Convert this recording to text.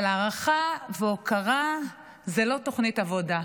אבל הערכה והוקרה הן לא תוכנית עבודה,